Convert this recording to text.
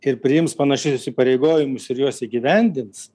ir priims panašius įsipareigojimus ir juos įgyvendins